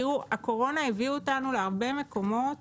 תראו, הקורונה הביאה אותנו להרבה מקומות